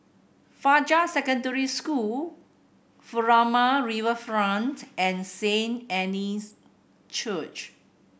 Fajar Secondary School Furama Riverfront and Saint Anne's Church